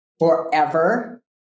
forever